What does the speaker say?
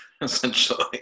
essentially